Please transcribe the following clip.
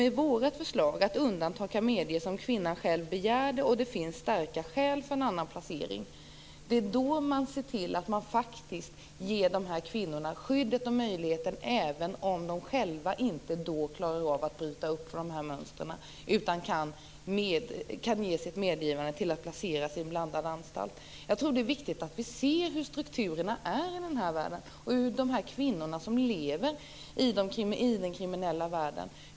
Med vårt förslag, att undantag kan medges om kvinnan själv begär det och det finns starka skäl för en annan placering, ser man till att ge de här kvinnorna skydd och möjlighet, även om de själva inte klarar av att bryta upp från dessa mönster utan kanske ger sitt medgivande till att placeras i en blandad anstalt. Det är viktigt att vi ser hur strukturerna är i den här världen och hur situationen är för dessa kvinnor som lever i den kriminella världen.